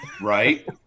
Right